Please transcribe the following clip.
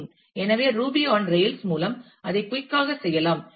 எனவே Ruby on Rails மூலம் அதை குயிக் ஆக செய்யலாம்